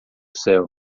céu